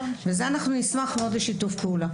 וזה נשמח מאוד לשיתוף פעולה.